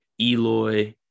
Eloy